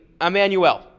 Emmanuel